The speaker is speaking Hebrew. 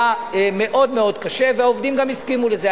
היה מאוד קשה, והעובדים גם הסכימו לזה.